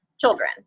children